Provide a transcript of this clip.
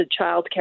childcare